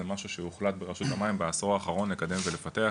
זה משהו שהוחלט ברשות המים בעזור האחרון לקדם ולפתח,